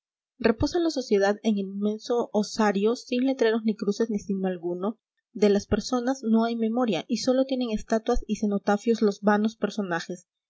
reposa la sociedad en el inmenso osario sin letreros ni cruces ni signo alguno de las personas no hay memoria y sólo tienen estatuas y cenotafios los vanos personajes